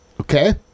Okay